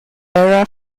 era